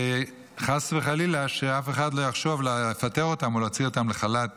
שחס וחלילה אף אחד לא יחשוב לפטר אותן או להוציא אותן לחל"ת